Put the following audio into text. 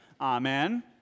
Amen